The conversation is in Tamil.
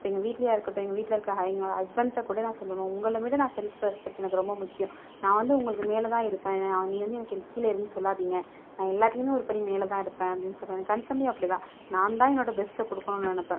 இப்போ எங்கள் வீட்டிலையா இருக்கட்டும் எங்க வீட்டில் இருக்கிற எங்களோடய ஹஸ்பண்ட்டை கூட நான் சொல்லுவேன் உங்களை விட நான் செல்ஃப் ரெஸ்பெக்ட் எனக்கு ரொம்ப முக்கியம் நான் வந்து உங்களுக்கு மேலே தான் இருப்பேன் என்னைய நீங்கள் வந்து எனக்கு கீழே இருன்னு சொல்லாதீங்கள் நான் எல்லாத்திலயுமே ஒருபடி மேலே தான் இருப்பேன் அப்படினு சொல்லுவேன் எனக்கு கன்செல்லையும் அப்படி தான் நான்தான் என்னோடய பெஸ்ட் கொடுக்கணும்னு நினைப்பேன்